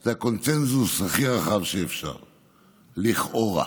זה הקונסנזוס הכי רחב שאפשר, לכאורה.